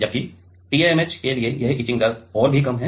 जबकि TMAH के लिए यह इचिंग दर और भी कम है